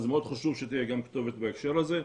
אז מאוד חשוב שתהיה כתובת גם בהקשר הזה.